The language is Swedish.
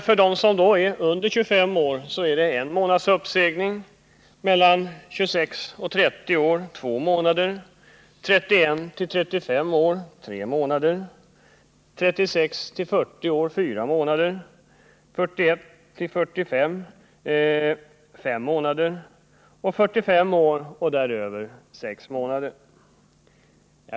För dem som är under 25 år är uppsägningstiden en månad, för dem som är 26-30 år är den två månader, 31-35 år tre månader, 36-40 år fyra månader, 41-45 år fem månader och 45 år och däröver sex månader.